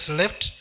left